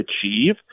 achieve